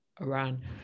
iran